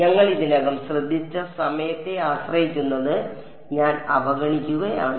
ഞങ്ങൾ ഇതിനകം ശ്രദ്ധിച്ച സമയത്തെ ആശ്രയിക്കുന്നത് ഞാൻ അവഗണിക്കുകയാണ്